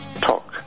talk